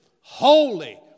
Holy